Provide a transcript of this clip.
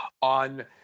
on –